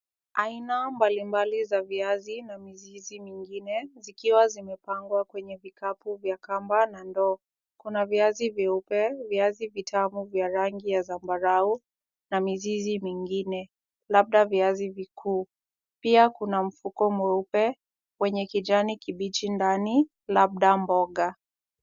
Aina mbalimbali za viazi na mizizi mingine, zikiwa zimepangwa kwenye vikapu vya kamba na ndoo. Kuna viazi vyeupe, viazi vitamu vya rangi ya zambarau, na mizizi mingine, labda viazi vikuu. Pia kuna mfuko mweupe, wenye kijani kibichi ndani, labda mboga.